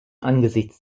angesichts